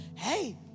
Hey